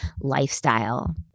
lifestyle